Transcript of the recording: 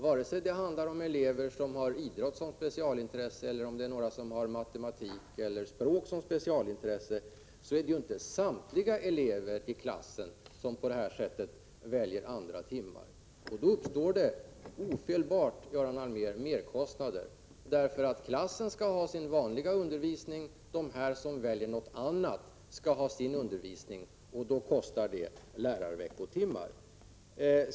Vare sig det handlar om elever som har idrott som specialintresse eller elever som har matematik som specialintresse väljer inte samtliga elever i klassen andra timmar. Då uppstår ofelbart, Göran Allmér, merkostnader. Klassen skall ju ha sin vanliga undervisning, och de som väljer något annat skall ha sin undervisning. Det innebär merkostnader på grund av ökat antal lärarveckotimmar.